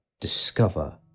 discover